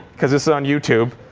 because this is on youtube.